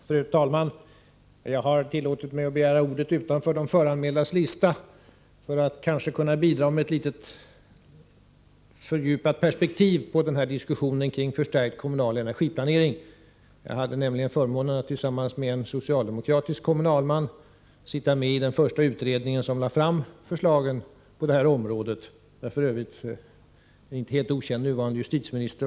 Fru talman! Jag har tillåtit mig att begära ordet utöver de föranmälda talarna för att kanske bidra med ett litet fördjupat perspektiv på diskussionen kring förstärkt kommunal energiplanering. Jag hade nämligen förmånen att tillsammans med en socialdemokratisk kommunalman sitta med i den första utredning som lade fram förslag på detta område. Ordförande var f. ö. den inte helt okände nuvarande justitieministern.